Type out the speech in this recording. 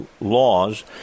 laws